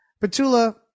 Petula